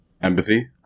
empathy